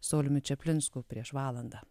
sauliumi čaplinsku prieš valandą